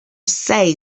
say